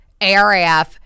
ARAF